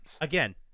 again –